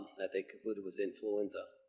they thought it was influenza.